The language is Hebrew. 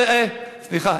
סליחה,